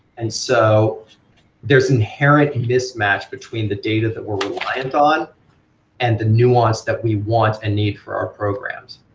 and so there's inherent mismatch between the data that we're reliant on and the nuance that we want and need for our programs,